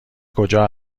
کجا